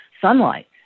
sunlight